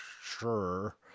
sure